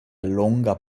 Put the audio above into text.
longa